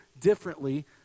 differently